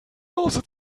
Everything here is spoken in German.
nase